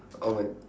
alright